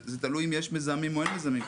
זה תלוי אם יש מזהמים או אין מזהמים.